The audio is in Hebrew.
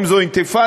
האם זו אינתיפאדה?